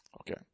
Okay